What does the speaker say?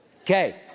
Okay